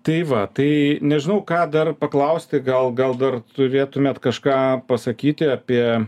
tai va tai nežinau ką dar paklausti gal gal dar turėtumėt kažką pasakyti apie